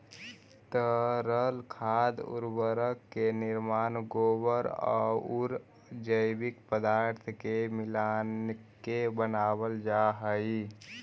तरल खाद उर्वरक के निर्माण गोबर औउर जैविक पदार्थ के मिलाके बनावल जा हई